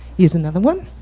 here's another one.